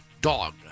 Dog